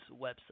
website